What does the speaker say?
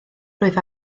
rwyf